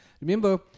Remember